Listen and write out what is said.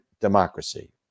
democracy